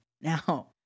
Now